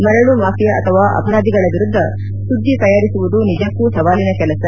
ಮರಳು ಮಾಫಿಯಾ ಅಥವಾ ಅಪರಾಧಿಗಳ ವಿರುದ್ದ ಸುದ್ದಿ ತಯಾರಿಸುವುದು ನಿಜಕ್ಕೂ ಸವಾಲಿನ ಕೆಲಸ